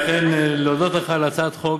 אכן, להודות לך על הצעת החוק.